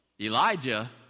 Elijah